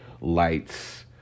lights